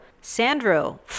Sandro